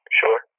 sure